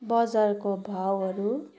बजारको भाउहरू